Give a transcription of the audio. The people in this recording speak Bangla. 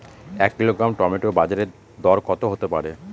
এক কিলোগ্রাম টমেটো বাজের দরকত হতে পারে?